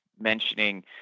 mentioning